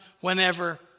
whenever